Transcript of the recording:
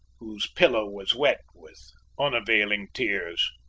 whose pillow was wet with unavailing tears.